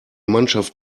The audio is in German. mannschaft